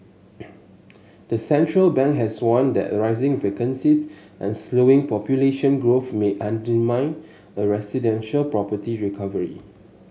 the central bank has warned that rising vacancies and slowing population growth may undermine a residential property recovery